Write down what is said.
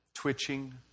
twitching